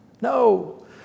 No